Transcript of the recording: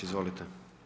Izvolite.